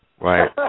Right